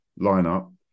lineup